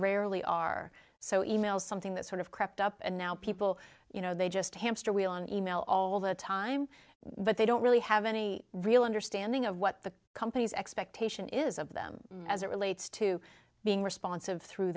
rarely are so e mail something that sort of crept up and now people you know they just hamster wheel and e mail all the time but they don't really have any real understanding of what the company's expectation is of them as it relates to being responsive through